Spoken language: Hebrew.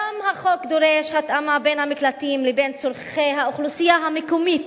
החוק דורש גם התאמה בין המקלטים לבין צורכי האוכלוסייה המקומית.